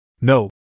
No